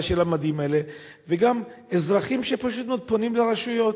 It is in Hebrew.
של המדים האלה וגם של אזרחים שפשוט פונים לרשויות.